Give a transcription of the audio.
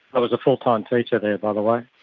i was a full-time teacher there, but like